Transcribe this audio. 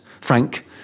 frank